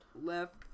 left